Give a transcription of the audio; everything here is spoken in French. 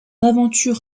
aventure